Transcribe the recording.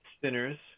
sinners